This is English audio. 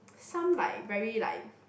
some like very like